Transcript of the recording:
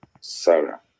Sarah